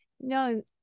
no